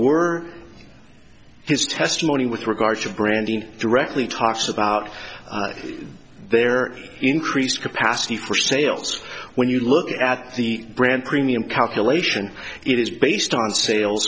were his testimony with regard to branding directly talks about their increased capacity for sales when you look at the brand premium calculation it is based on sale